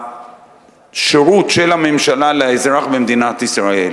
בשירות של הממשלה לאזרח במדינת ישראל.